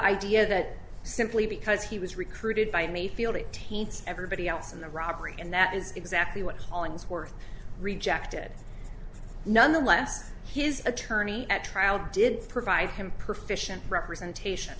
idea that simply because he was recruited by mayfield it taints everybody else in the robbery and that is exactly what hollingsworth rejected nonetheless his attorney at trial did provide him proficiency representation